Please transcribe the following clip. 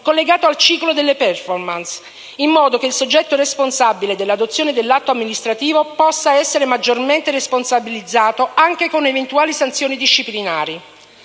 collegato al ciclo delle *performance*, in modo che il soggetto responsabile dell'adozione dell'atto amministrativo possa essere maggiormente responsabilizzato, anche con eventuali sanzioni disciplinari.